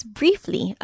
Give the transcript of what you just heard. briefly